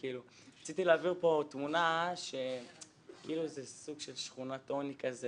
רציתי להעביר פה תמונה כאילו זה סוג של שכונת עוני כזו